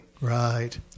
Right